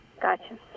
Gotcha